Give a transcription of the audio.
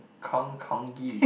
Kong Kong Gee